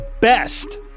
best